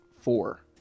four